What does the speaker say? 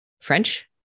french